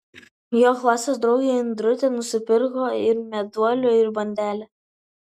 jo klasės draugė indrutė nusipirko ir meduolio ir bandelę